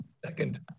Second